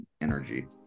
energy